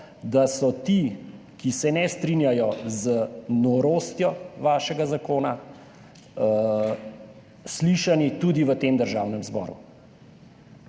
da so ti, ki se ne strinjajo z norostjo vašega zakona, slišani tudi v Državnem zboru.